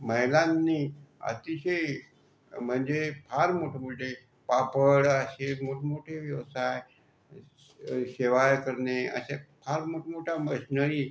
महिलांनी अतिशय म्हणजे फार मोठमोठे पापड असे मोठमोठे व्यवसाय शे शेवया करणे अशा फार मोठमोठ्या मशनरी